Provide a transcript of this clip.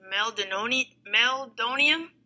Meldonium